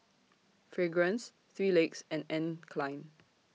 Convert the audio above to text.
Fragrance three Legs and Anne Klein